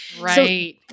right